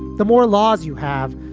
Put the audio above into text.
the more laws you have,